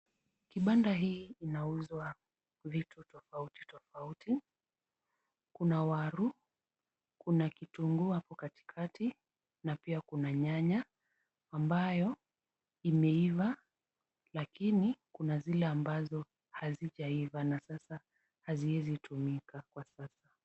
Kibanda hii inauzwa vitu tofauti tofauti. Kuna waru , kuna kitunguu hapo katikati na pia kuna nyanya ambayo imeiva, lakini kuna zile ambazo hazijaiva na sasa haziezitumika kwa sasa.